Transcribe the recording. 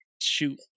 shoot